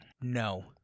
no